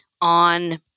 on